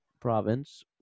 province